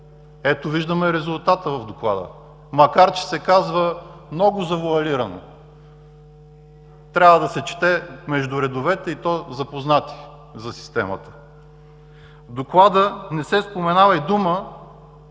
Ето, виждаме резултата в доклада, макар че се казва много завоалирано. Трябва да се чете между редовете, и то запознати със системата. В Доклада не се споменава и дума